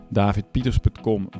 davidpieters.com